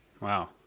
Wow